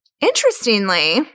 Interestingly